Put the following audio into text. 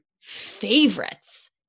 favorites